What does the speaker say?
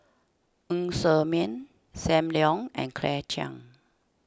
Ng Ser Miang Sam Leong and Claire Chiang